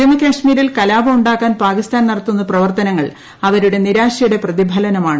ജമ്മുകാശ്മീരിൽ കലാപം ഉണ്ടാക്കാൻ പാകിസ്ഥാൻ നടത്തുന്ന പ്രവർത്തനങ്ങൾ അവരുടെ നിരാശയുടെ പ്രതിഫലനമാണ്